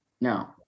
No